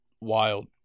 wild